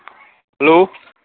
hello